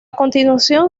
continuación